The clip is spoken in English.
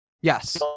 Yes